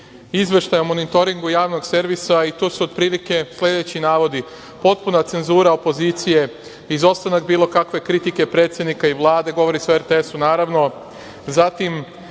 izveštaja o monitoringu Javnog servisa i to su otprilike sledeći navodi – potpuna cenzusa opozicije, izostanak bilo kakve kritike predsednika i Vlade. Govori se o RTS-u, naravno.